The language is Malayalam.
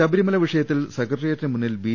ശബരിമല വിഷയത്തിൽ സെക്രട്ടറിയേറ്റിനുമുന്നിൽ ബി